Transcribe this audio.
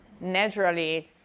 naturally